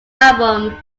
album